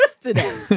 today